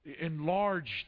enlarged